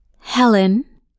Helen